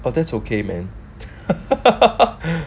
oh that's okay man